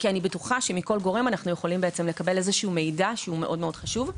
אני בטוחה שמכל גורם אנחנו יכולים לקבל מידע שהוא חשוב מאוד.